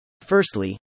Firstly